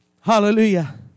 Hallelujah